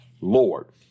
Lord